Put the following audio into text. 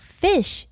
fish